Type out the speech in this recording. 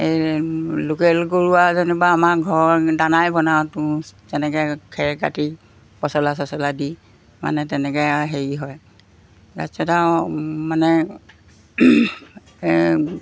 এই লোকেল গৰু আৰু যেনিবা আমাৰ ঘৰৰ দানাই বনাওঁ তুঁহ যেনেকৈ খেৰ কাটি পচলা চচলা দি মানে তেনেকৈ হেৰি হয় তাৰপিছত আৰু মানে